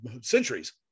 centuries